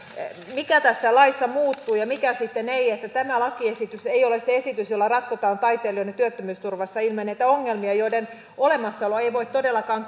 mikä tässä laissa muuttuu ja mikä sitten ei tämä lakiesitys ei ole se esitys jolla ratkotaan taiteilijoiden työttömyysturvassa ilmenneitä ongelmia joiden olemassaoloa ei ei voi todellakaan